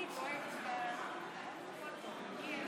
אני רוצה להעלות את זכרו של חבר הכנסת לשעבר מוחמד חוסיין נפאע.